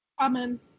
Amen